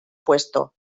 puesto